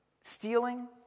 stealing